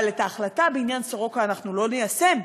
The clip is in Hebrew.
אבל את ההחלטה בעניין סורוקה אנחנו לא ניישם,